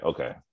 Okay